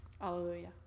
Hallelujah